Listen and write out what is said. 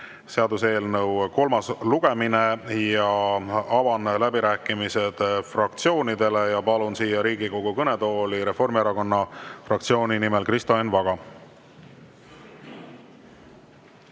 seaduseelnõu kolmas lugemine. Avan läbirääkimised fraktsioonidele ja palun siia Riigikogu kõnetooli Reformierakonna fraktsiooni nimel kõnelema Kristo Enn Vaga.